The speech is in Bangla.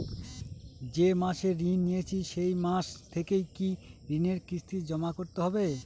যে মাসে ঋণ নিয়েছি সেই মাস থেকেই কি ঋণের কিস্তি জমা করতে হবে?